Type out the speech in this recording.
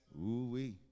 Ooh-wee